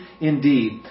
indeed